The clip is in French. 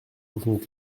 vont